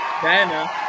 Diana